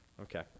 Okay